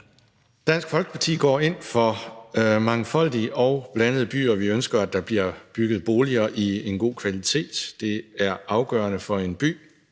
Dansk Folkeparti går ind for mangfoldige og blandede byer. Vi ønsker, at der bliver bygget boliger i en god kvalitet. Det er afgørende for en by,